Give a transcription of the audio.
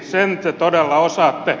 sen te todella osaatte